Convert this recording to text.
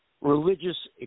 religious